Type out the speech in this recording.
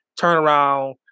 turnaround